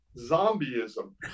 zombieism